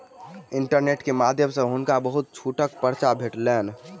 internet के माध्यम सॅ हुनका बहुत छूटक पर्चा भेटलैन